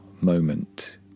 moment